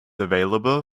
available